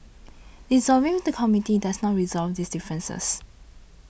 dissolving the Committee does not resolve these differences